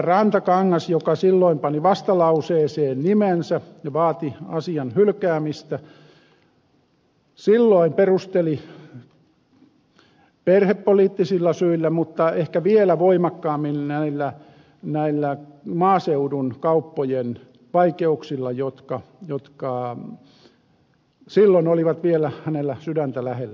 rantakangas joka silloin pani vastalauseeseen nimensä vaati asian hylkäämistä ja silloin perusteli perhepoliittisilla syillä mutta ehkä vielä voimakkaammin näillä maaseudun kauppojen vaikeuksilla jotka silloin olivat vielä hänellä sydäntä lähellä